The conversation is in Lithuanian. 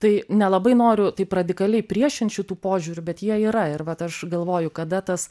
tai nelabai noriu taip radikaliai priešint šitų požiūrių bet jie yra ir vat aš galvoju kada tas